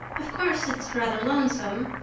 of course, it's rather lonesome.